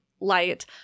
light